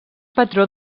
patró